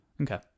Okay